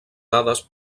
dades